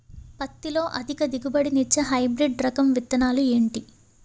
పత్తి లో అధిక దిగుబడి నిచ్చే హైబ్రిడ్ రకం విత్తనాలు ఏంటి